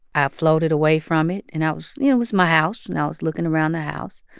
i floated away from it, and i was you know, it was my house, and i was looking around the house.